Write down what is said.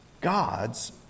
God's